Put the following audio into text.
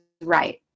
right